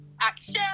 action